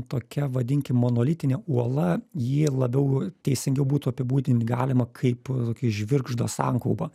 tokia vadinkim monolitinė uola jį labiau teisingiau būtų apibūdint galima kaip tokį žvirgždo sankaupą